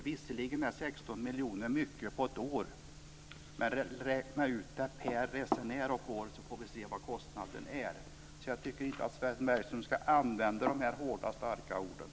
Visserligen är 16 miljoner mycket på ett år, men om man räknar ut summan per resenär och år ser man vilken kostnad det blir. Jag tycker inte att Sven Bergström ska använda sådana hårda och starka ord.